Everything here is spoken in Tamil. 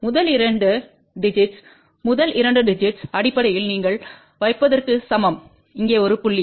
முதல் இரண்டு டிஜிட்ஸ் முதல் இரண்டு டிஜிட்ஸ் அடிப்படையில் நீங்கள் வைப்பதற்கு சமம் இங்கே ஒரு புள்ளி